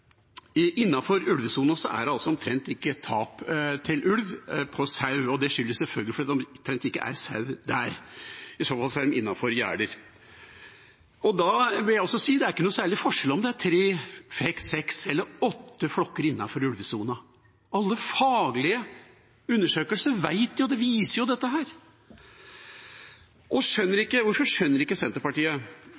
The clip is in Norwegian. omtrent ikke tap av sau til ulv. Det skyldes selvfølgelig at det nesten ikke er sau der – i så fall er de innenfor gjerder. Da vil jeg si at det er ikke noen særlig forskjell på om det er tre, seks eller åtte flokker innenfor ulvesona. Alle faglige undersøkelser viser dette. Hvorfor skjønner ikke Senterpartiet at de trenger all støtte de kan få fra det andre jordbrukspartiet her på Stortinget, fra SV, f.eks., og